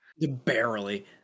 Barely